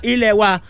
Ilewa